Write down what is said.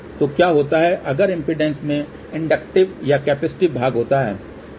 तो क्या होता है अगर इम्पीडेन्स में इंडक्टिव या कैपेसिटिव भाग होता है